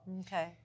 Okay